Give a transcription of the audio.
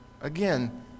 again